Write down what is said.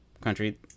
country